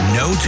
no